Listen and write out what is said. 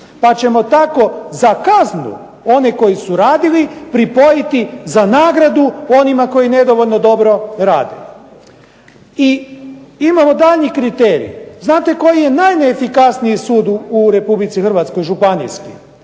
Pa ćemo tako za kaznu one koji su radili pripojiti za nagradu onima koji nedovoljno dobro rade. I imamo daljnji kriterij, znate koji je najneefikasniji sud u RH županijski?